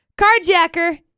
carjacker